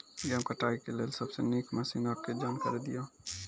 गेहूँ कटाई के लेल सबसे नीक मसीनऽक जानकारी दियो?